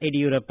Yediyurappa